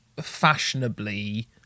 fashionably